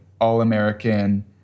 all-American